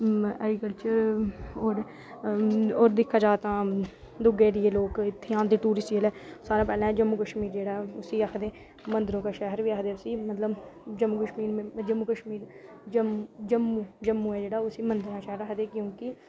agriculture होर होर दिक्खेआ जाऽ तां दुऐ एरिये दे लोग इत्थै आंदे टूरिस्ट जिसलै सारें शा पैह्ले जम्मू कश्मीर जेह्ड़ा उस्सी आखदे मन्दरें दा शैह्र बी आखदे उस्सी मतलब जम्मू कश्मीर जम्मू ऐ जेह्का उस्सी मंदरें दा शैह्र आखदे क्योंकि